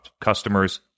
customers